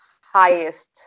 highest